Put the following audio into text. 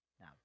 Now